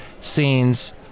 Scenes